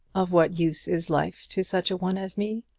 of what use is life to such a one as me?